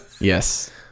Yes